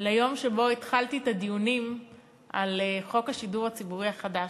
ליום שבו התחלתי את הדיונים על חוק השידור הציבורי החדש.